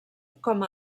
com